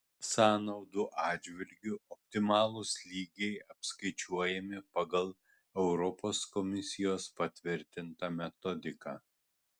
sąnaudų atžvilgiu optimalūs lygiai apskaičiuojami pagal europos komisijos patvirtintą metodiką